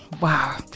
wow